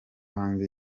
hanze